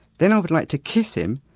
then i would like to kiss him,